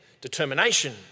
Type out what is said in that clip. determination